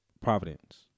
Providence